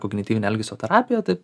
kognityvinė elgesio terapija taip